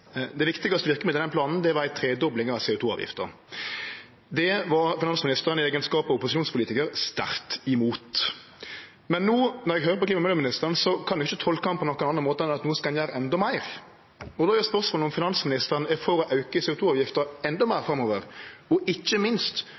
Det viktigaste verkemiddelet i den planen var ei tredobling av CO 2 -avgifta. Det var finansministeren, i eigenskap av opposisjonspolitikar, sterkt imot, men no, når eg høyrer på klima- og miljøministeren, kan eg ikkje tolke han på nokon annan måte enn at ein no skal gjere endå meir. Då er spørsmålet om finansministeren er for å auke CO 2 -avgifta endå meir framover og ikkje minst